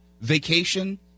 vacation